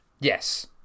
Yes